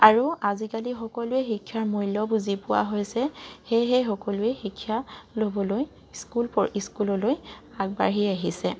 আৰু আজিকালি সকলোৱে শিক্ষাৰ মূল্য বুজি পোৱা হৈছে সেয়েহে সকলোৱে শিক্ষা ল'বলৈ স্কুল স্কুললৈ আগবাঢ়ি আহিছে